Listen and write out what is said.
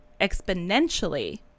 exponentially